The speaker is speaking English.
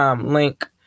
link